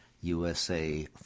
USA